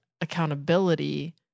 accountability